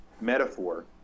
metaphor